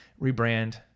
Rebrand